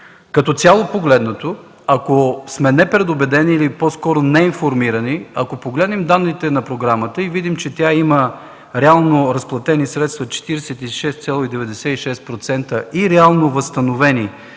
Като цяло, ако сме непредубедени или по-скоро неинформирани, ако погледнем данните в програмата и видим, че тя има реално разплатени средства 47,96% и реално възстановени